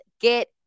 get